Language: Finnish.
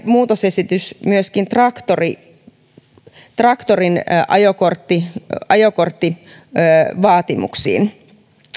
muutosesitys myöskin traktorin ajokorttivaatimuksiin